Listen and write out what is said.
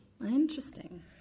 Interesting